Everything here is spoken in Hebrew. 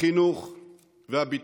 החינוך והביטחון.